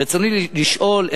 רצוני לשאול: